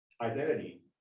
identity